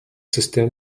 system